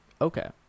Okay